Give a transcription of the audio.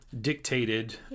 dictated